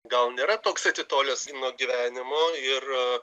gal nėra toks atitolęs nuo gyvenimo ir